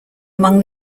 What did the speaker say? among